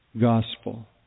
gospel